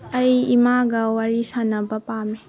ꯑꯩ ꯏꯃꯥꯒ ꯋꯥꯔꯤ ꯁꯥꯅꯕ ꯄꯥꯝꯃꯤ